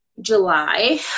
July